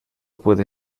puede